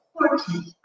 important